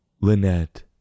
Lynette